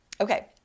Okay